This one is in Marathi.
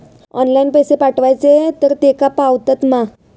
ऑनलाइन पैसे पाठवचे तर तेका पावतत मा?